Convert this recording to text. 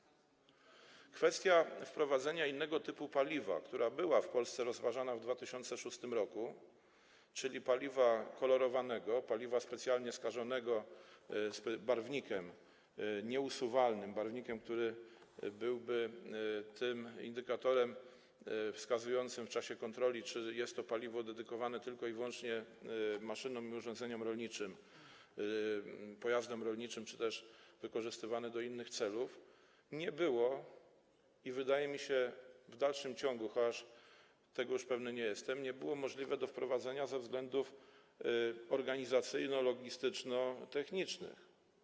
Jeśli chodzi o kwestię wprowadzenia innego typu paliwa, która była w Polsce rozważana w 2006 r., czyli paliwa kolorowanego, paliwa specjalnie skażonego barwnikiem, nieusuwalnym barwnikiem, który byłby tym indykatorem wskazującym w czasie kontroli, czy jest to paliwo dedykowane tylko i wyłącznie maszynom i urządzeniom rolniczym, pojazdom rolniczym, czy też wykorzystywane do innych celów, to nie było to - i wydaje mi się, że tak jest w dalszym ciągu, chociaż tego już pewny nie jestem - możliwe do wprowadzenia ze względów organizacyjno-logistyczno-technicznych.